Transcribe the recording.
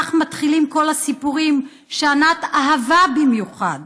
כך מתחילים כל הסיפורים שענת אהבה במיוחד".